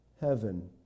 heaven